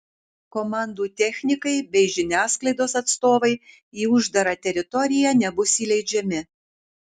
komandų technikai bei žiniasklaidos atstovai į uždarą teritoriją nebus įleidžiami